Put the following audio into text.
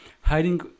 hiding